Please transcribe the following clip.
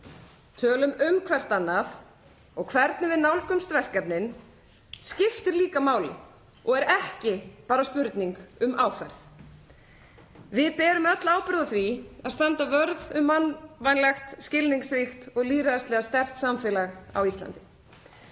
tölum um hvert annað og hvernig við nálgumst verkefnin skiptir líka máli og er ekki bara spurning um áferð. Við berum öll ábyrgð á því að standa vörð um mannvænlegt, skilningsríkt og lýðræðislega sterkt samfélag á Íslandi.